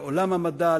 לעולם המדע,